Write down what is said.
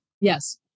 Yes